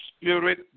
spirit